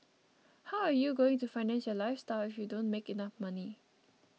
how are you going to finance your lifestyle if you don't make enough money